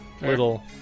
little